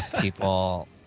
people